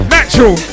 Natural